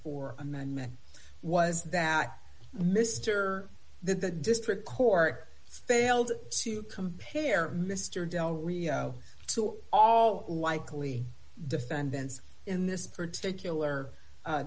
dollars amendment was that mr that the district court failed to compare mr del rio to all likely defendants in this particular